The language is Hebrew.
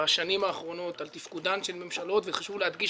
בשנים האחרונות על תפקודן של ממשלות וחשוב להדגיש,